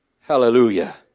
Hallelujah